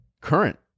current